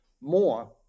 more